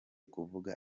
kuvuga